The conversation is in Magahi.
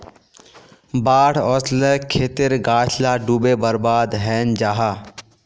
बाढ़ ओस्ले खेतेर गाछ ला डूबे बर्बाद हैनं जाहा